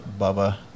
Bubba